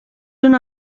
una